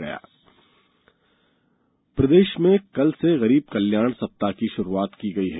गरीब कल्याण सप्ताह प्रदेश में कल से गरीब कल्याण सप्ताह की शुरूआत की गई है